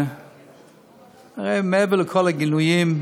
מעבר לכל הגינויים,